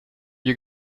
you